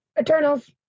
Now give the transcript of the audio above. Eternals